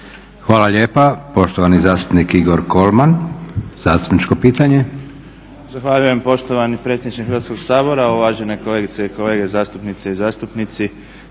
Hvala lijepa. Poštovani zastupnik Igor Kolman, zastupničko pitanje. **Kolman, Igor (HNS)** Zahvaljujem poštovani predsjedniče Hrvatskog sabora. Evo uvažene kolegice i kolege zastupnice i zastupnici,